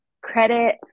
credit